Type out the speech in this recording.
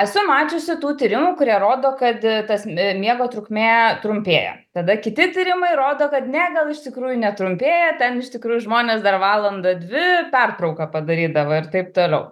esu mačiusi tų tyrimų kurie rodo kad tas miego trukmė trumpėja tada kiti tyrimai rodo kad ne gal iš tikrųjų netrumpėja ten iš tikrųjų žmonės dar valandą dvi pertrauką padarydavo ir taip toliau